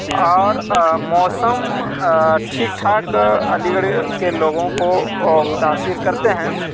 اور موسم ٹھیک ٹھاک علی گڑھ کے لوگوں کو متاثر کرتے ہیں